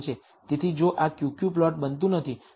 તેથી જો આ Q Q પ્લોટ બનતું નથી